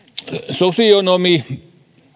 sosionomi